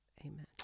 amen